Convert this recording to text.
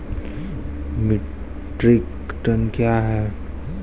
Metric ton कया हैं?